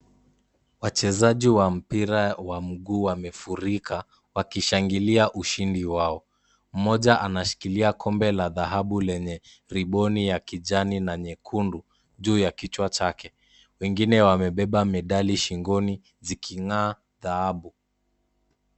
Wachezaji wa mpira wa mguu wamefurika. wakishangilia ushindi wao. Moja anashikilia kombe la dhahabu lenye riboni ya kijani na nyekundu juu ya kichwa chake. Wengine wamebeba medali shingoni ziking'aa dhahabu.